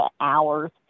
hours